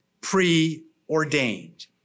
preordained